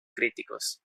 críticos